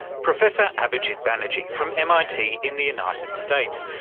professor abhijit banerjee from mit in the united states.